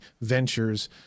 ventures